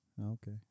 Okay